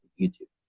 youtube,